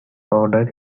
ordered